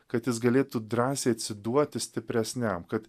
kad jis galėtų drąsiai atsiduoti stipresniam kad